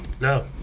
no